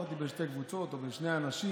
אמרתי: בין שתי קבוצות או בין שני אנשים.